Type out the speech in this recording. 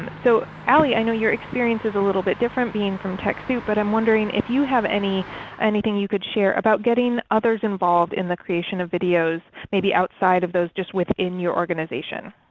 and so ale, i know your experience is a little bit different being from techsoup, but i'm wondering if you have anything you could share about getting others involved in the creation of videos maybe outside of those just within your organization?